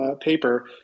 paper